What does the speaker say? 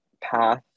Path